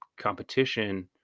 competition